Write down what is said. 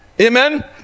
Amen